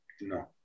No